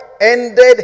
ended